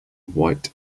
white